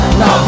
no